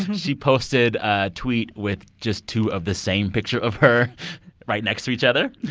she posted a tweet with just two of the same picture of her right next to each other.